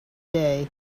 day